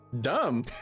Dumb